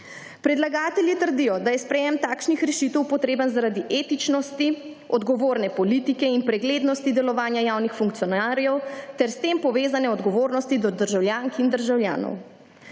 Predlagatelji trdijo, da je sprejem takšnih rešitev potreben zaradi etičnosti, odgovorne politike in preglednosti delovanja javnih funkcionarjev ter s tem povezane odgovornosti do državljank in državljanov.